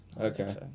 Okay